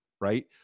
right